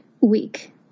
week